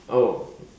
oh